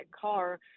car